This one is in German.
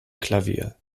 klavier